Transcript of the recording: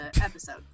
episode